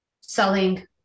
selling